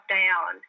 down